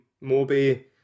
Moby